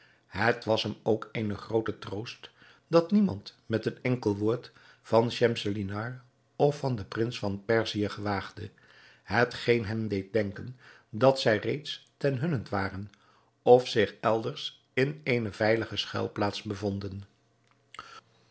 het was hem ook eene groote troost dat niemand met een enkel woord van schemselnihar of van den prins van perzië gewaagde hetgeen hem deed denken dat zij reeds ten hunnent waren of zich elders in eene veilige schuilplaats bevonden